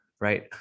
right